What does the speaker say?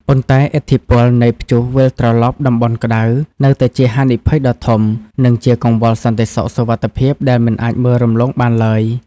ប៉ុន្តែឥទ្ធិពលនៃ ព្យុះវិលត្រឡប់តំបន់ក្ដៅ នៅតែជាហានិភ័យដ៏ធំ និងជាកង្វល់សន្តិសុខសុវត្ថិភាពដែលមិនអាចមើលរំលងបានឡើយ។